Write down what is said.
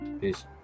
peace